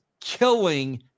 killing